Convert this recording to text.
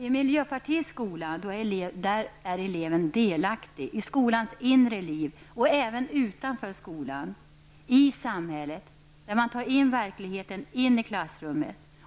I miljöpartiets skola är eleven delaktig i skolans inre liv och även utanför skolan, i samhället. Man tar in verkligheten i klassrummet.